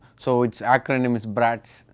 so its acronym is brats.